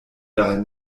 daher